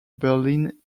berlin